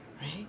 Right